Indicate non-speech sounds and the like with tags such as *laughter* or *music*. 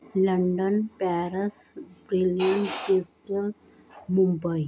London Paris *unintelligible* Mumbai